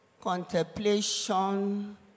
contemplation